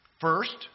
First